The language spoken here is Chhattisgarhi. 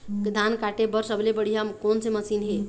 धान काटे बर सबले बढ़िया कोन से मशीन हे?